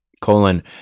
colon